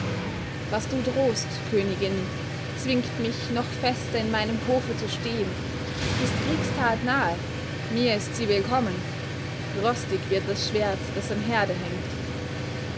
was du drohst königin zwingt mich noch fester in meinem hofe zu stehen ist kriegstat nahe mir ist sie willkommen rostig wird das schwert das am herde hängt